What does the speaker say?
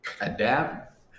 adapt